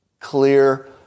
clear